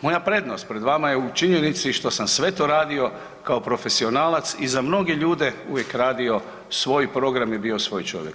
Moj, moja prednost pred vama je u činjenici što sam sve to radio kao profesionalac i za mnoge ljude uvijek radio svoj program i bio svoj čovjek.